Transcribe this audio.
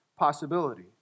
possibility